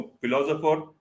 philosopher